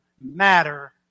matter